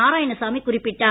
நாராயணசாமி குறிப்பிட்டார்